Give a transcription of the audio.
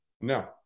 No